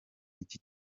iki